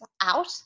out